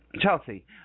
Chelsea